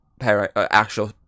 actual